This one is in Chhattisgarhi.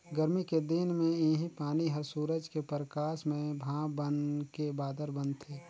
गरमी के दिन मे इहीं पानी हर सूरज के परकास में भाप बनके बादर बनथे